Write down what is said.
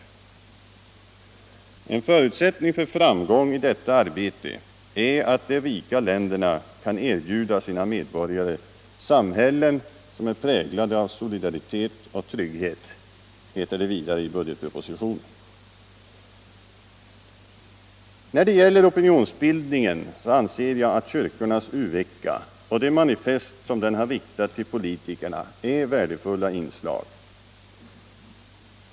Det heter vidare i budgetpropositionen att en förutsättning för framgång i detta arbete är att de rika länderna kan erbjuda sina medborgare samhällen präglade av solidaritet och trygghet. När det gäller opinionsbildning anser jag att kyrkornas u-vecka och det manifest som den har riktat till politikerna är värdefulla inslag.